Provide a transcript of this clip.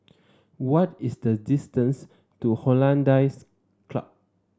what is the distance to Hollandse Club